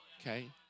Okay